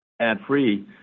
ad-free